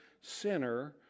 sinner